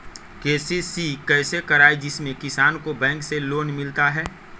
KCC कैसे कराये जिसमे किसान को बैंक से लोन मिलता है?